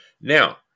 Now